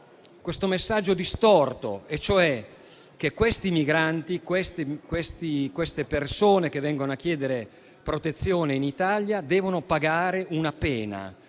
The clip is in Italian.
un messaggio distorto, e cioè che questi migranti, queste persone che vengono a chiedere protezione in Italia devono pagare una pena,